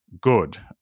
good